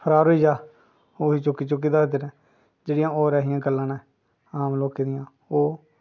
फरार होई जा ओह् चुक्की चुक्की रखदे न जेह्ड़ियां होर ऐसियां गल्लां न आम लोकें दियां ओह्